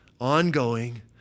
ongoing